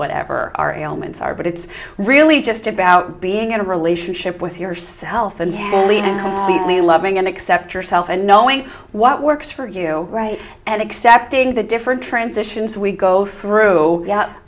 whatever our ailments are but it's really just about being in a relationship with yourself and loving and accept yourself and knowing what works for you right and accepting the different transitions we go through